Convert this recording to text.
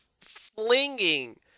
flinging